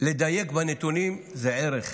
שלדייק בנתונים זה ערך.